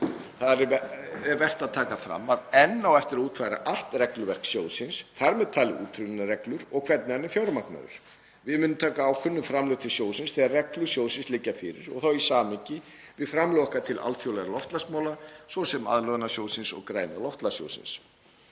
er vert að taka fram að enn á eftir að útfæra allt regluverk sjóðsins, þar með talið úthlutunarreglur og hvernig hann er fjármagnaður. Við munum taka ákvörðun um framlög til sjóðsins þegar reglur sjóðsins liggja fyrir og þá í samhengi við framlög okkar til alþjóðlegra loftslagsmála, svo sem aðlögunarsjóðsins og græna loftslagssjóðsins.